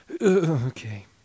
Okay